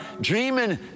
dreaming